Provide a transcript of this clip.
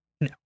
no